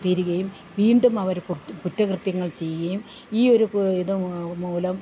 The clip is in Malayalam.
തീരുകയും വീണ്ടും അവര് കുറ്റകൃത്യങ്ങൾ ചെയ്യുകയും ഈ ഒരു ഇത് മൂലം